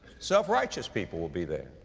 self-righteous people will be there.